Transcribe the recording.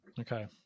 Okay